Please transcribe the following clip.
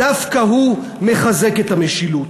דווקא הוא מחזק את המשילות.